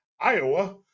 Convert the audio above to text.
Iowa